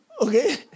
okay